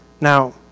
Now